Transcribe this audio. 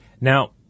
Now